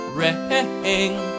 ring